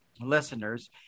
listeners